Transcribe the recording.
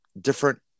different